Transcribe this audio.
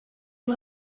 yıl